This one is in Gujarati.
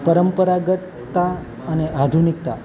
પરંપરગતતા અને આધુનિકતા